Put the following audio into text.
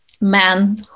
men